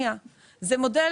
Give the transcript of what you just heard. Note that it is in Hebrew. רגע.